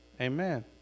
Amen